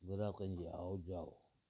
ग्राहकनि जी आव जाव